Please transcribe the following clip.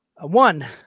One